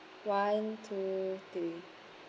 one two three